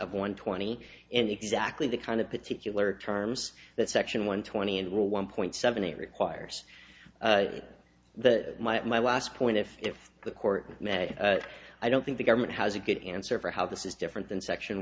of one twenty and exactly the kind of particular terms that section one twenty and rule one point seven eight requires that my my last point if the court may i don't think the government has a good answer for how this is different than section